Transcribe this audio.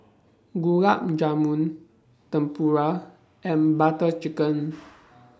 Gulab Jamun Tempura and Butter Chicken